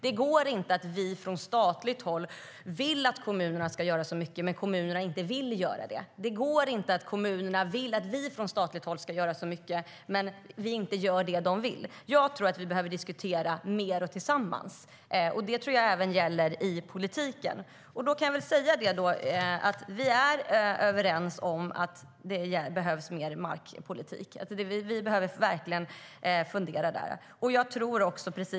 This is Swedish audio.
Det går inte att från statligt håll vilja att kommunerna ska göra mycket medan kommunerna inte vill göra det, och det går inte att från kommunernas håll vilja att det från statligt håll ska göras mycket medan vi inte gör det de vill. Jag tror att vi behöver diskutera mer, och tillsammans, och det tror jag gäller även i politiken. Jag kan väl säga att vi är överens om att det behövs mer markpolitik. Vi behöver verkligen fundera där.